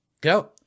go